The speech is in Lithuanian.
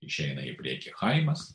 išeina į priekį chaimas